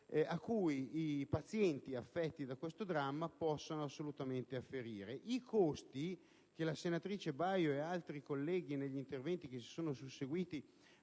a cui i pazienti, affetti da questo dramma, possano afferire. I costi ai quali la senatrice Baio e gli altri colleghi negli interventi che si sono susseguiti